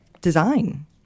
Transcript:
design